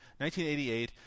1988